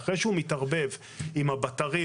אחרי שהוא מתערבב עם הבטריות,